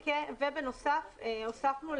והוספנו,